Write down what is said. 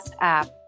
app